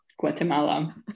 Guatemala